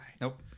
Nope